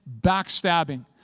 backstabbing